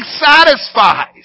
satisfies